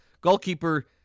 goalkeeper